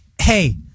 Hey